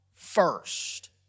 first